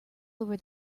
over